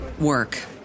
work